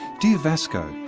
dear vasco,